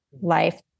life